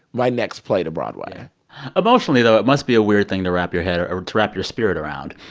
my next play to broadway emotionally, though, it must be a weird thing to wrap your head or or to wrap your spirit around,